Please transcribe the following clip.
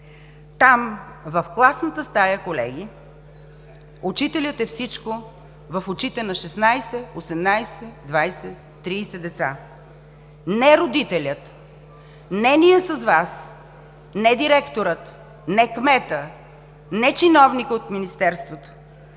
Там, в класната стая, колеги, учителят е всичко в очите на 16, 18, 20, 30 деца. Не родителят, не ние с Вас, не директорът, не кметът, не чиновникът от Министерството!